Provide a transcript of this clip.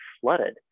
flooded